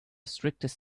strictest